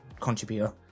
contributor